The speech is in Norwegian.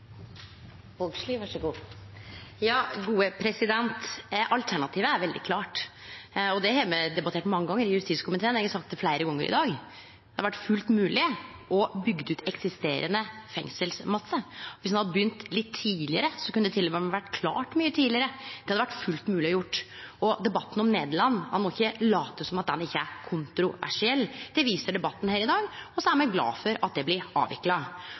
Vågslid har hatt ordet to ganger tidligere og får ordet til en kort merknad, begrenset til 1 minutt. Alternativet er veldig klart, og det har me debattert mange gonger i justiskomiteen. Eg har sagt det fleire gonger i dag. Det hadde vore fullt mogleg å byggje ut eksisterande fengselsmasse. Dersom ein hadde begynt litt tidlegare, kunne det til og med ha vore klart mykje tidlegare – det hadde vore fullt mogleg å gjere. Og debatten om Nederland, ein må ikkje late som om det ikkje er kontroversielt. Det viser debatten her i dag, og så er me